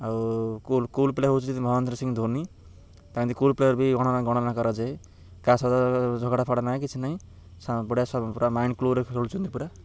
ଆଉ cool cool player ହେଉଛନ୍ତି Mahendra Singh Dhoni cool player ବି ଗଣନା କରାଯାଏ କାହା ସ ଝଗଡ଼ା ଫଗଡ଼ା ନାହିଁ କିଛି ନାହିଁ ପୁରା ମାଇଣ୍ଡ କୁଲ୍ରେ ଖେଳୁଛନ୍ତି ପୁରା